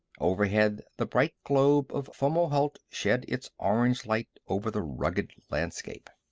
overhead, the bright globe of fomalhaut shed its orange light over the rugged landscape.